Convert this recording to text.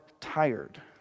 tired